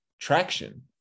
traction